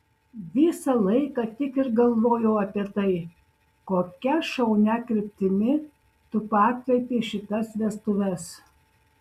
visą laiką tik ir galvoju apie tai kokia šaunia kryptimi tu pakreipei šitas vestuves